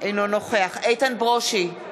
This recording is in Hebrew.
אינו נוכח איתן ברושי,